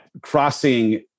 crossing